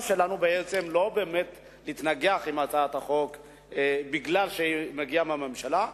אנחנו לא רוצים להתנגח עם הצעת החוק משום שהיא מגיעה מהממשלה,